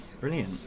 brilliant